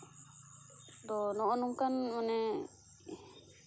ᱟᱫᱚ ᱱᱚᱜᱼ ᱱᱚᱝᱠᱟᱱ ᱢᱟᱱᱮ